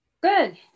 Good